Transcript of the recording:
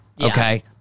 okay